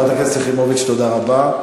חברת הכנסת יחימוביץ, תודה רבה.